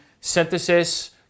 synthesis